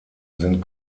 sind